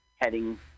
Heading